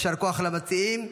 יישר כוח למציעים.